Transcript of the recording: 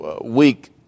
week